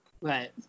Right